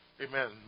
Amen